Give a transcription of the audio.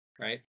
right